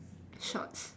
shorts